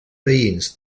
veïns